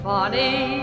Funny